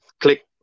click